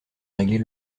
régler